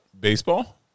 baseball